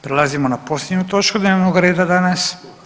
Prelazimo na posljednju točku dnevnog reda danas.